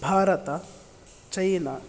भारतम् चैना